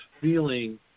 feeling